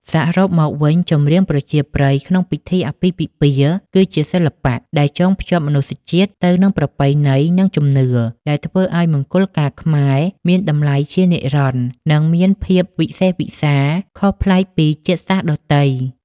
សរុបមកវិញ ចម្រៀងប្រជាប្រិយក្នុងពិធីអាពាហ៍ពិពាហ៍ គឺជាសិល្បៈដែលចងភ្ជាប់មនុស្សជាតិទៅនឹងប្រពៃណី និងជំនឿ ដែលធ្វើឱ្យមង្គលការខ្មែរមានតម្លៃជានិរន្តរ៍ និងមានភាពវិសេសវិសាលខុសប្លែកពីជាតិសាសន៍ដទៃ។